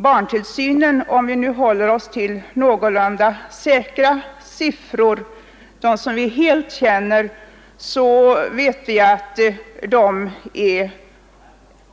Barntillsynen, om vi nu håller oss till någorlunda säkra siffror som vi helt känner, omfattar